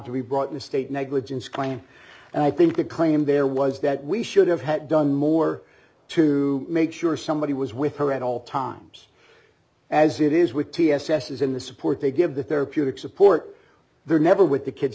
be brought in a state negligence claim and i think the claim there was that we should have had done more to make sure somebody was with her at all times as it is with t s s is in the support they give the therapeutic support they're never with the kids